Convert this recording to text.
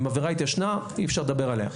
אם עבירה התיישנה אי אפשר לדבר עליה,